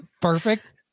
perfect